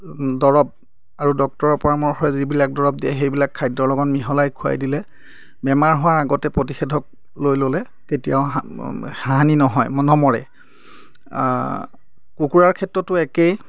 দৰৱ আৰু ডক্তৰৰ পৰামৰ্শ যিবিলাক দৰৱ দিয়ে সেইবিলাক খাদ্যৰ লগত মিহলাই খুৱাই দিলে বেমাৰ হোৱাৰ আগতে প্ৰতিষেধক লৈ ল'লে কেতিয়াও হানি নহয় নমৰে কুকুৰাৰ ক্ষেত্ৰতো একেই